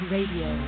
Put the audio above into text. Radio